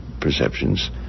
perceptions